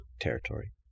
territory